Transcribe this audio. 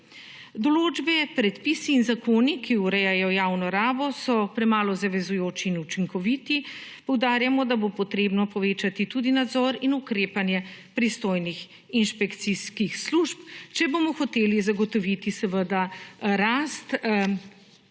Določbe, predpisi in zakoni, ki urejajo javno rabo so premalo zavezujoči in učinkoviti, poudarjamo, da bo potrebno povečati tudi nadzor in ukrepanje pristojnih inšpekcijskih služb, če bomo hoteli zagotoviti seveda rast